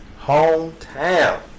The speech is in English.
hometown